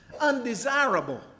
undesirable